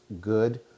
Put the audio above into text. good